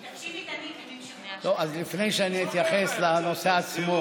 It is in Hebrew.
טוב, אז לפני שאתייחס לנושא עצמו,